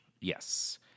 Yes